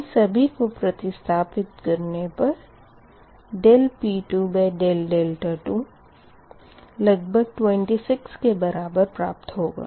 इन सभी को प्रतिस्थपित करने पर dP2d2 लगभग 26 के बराबर प्राप्त होगा